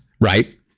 right